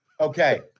Okay